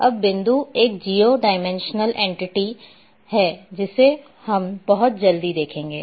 अब बिंदु एक जिओ डाइमेंशनल एंटिटी है जिसे हम बहुत जल्दी देखेंगे